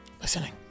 Listening